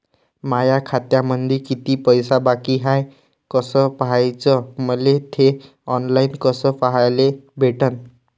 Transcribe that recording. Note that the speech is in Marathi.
माया खात्यामंधी किती पैसा बाकी हाय कस पाह्याच, मले थे ऑनलाईन कस पाह्याले भेटन?